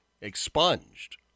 expunged